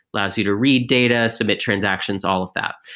allows you to read data, submit transactions, all of that.